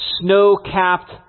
snow-capped